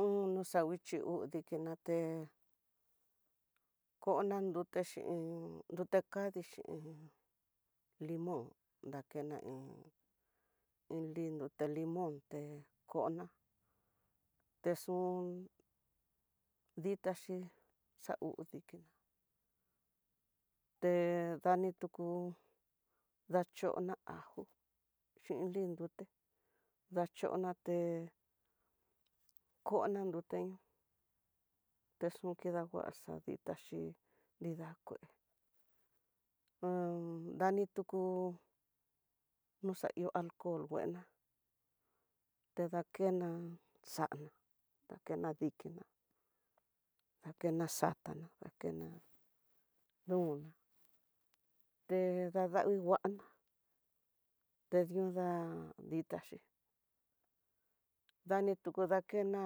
Uno xangui uu dikinate, kona nrute xhin, nrute kaxhin limón danena iin lí nrute limón té, kona texun ditaxi xaudikina te dani tuku, ndachona ajo xhin linduté dachoté kona nrute ñu, texun kidanguacha ditaxi nrida kué dani tuku no xaihó alcohol nguena, te dakena xa'ana te dakena dikiná, dakena xatana dakena nuuna te dadangui nguana te di'ó nda ditaxhi, dani tuku dakena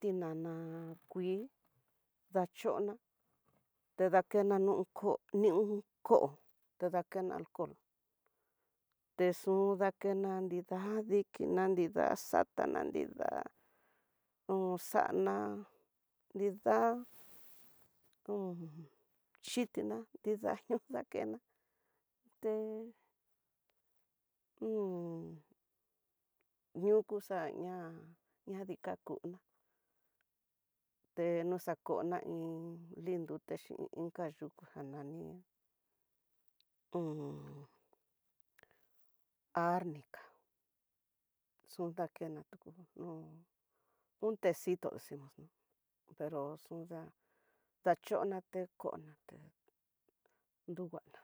tinana kuii ndachona ta dakena niun koniun un kooo ta dakena alcohol, texun dakena nida dikina dina xata nrida un xana nrida xhitina daño kena té, nuku xaña ñadikuna te noxakona iin ndute xhin inka yukujan nani un arnika xundakena tuku no'ó, un tecito decimos no pero suda dachoate konate nruvana.